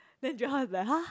then Joel was like !huh!